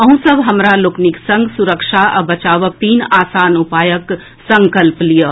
अहूँ सभ हमरा लोकनिक संग सुरक्षा आ बचावक तीन आसान उपायक संकल्प लियऽ